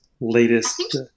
latest